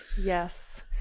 Yes